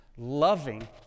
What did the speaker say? Loving